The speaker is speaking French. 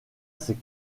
ses